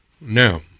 now